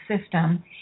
system